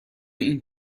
این